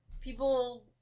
people